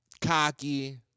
cocky